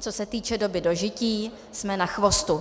co se týče doby dožití, jsme na chvostu.